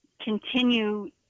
continue